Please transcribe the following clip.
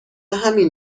همین